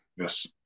Yes